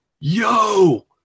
Yo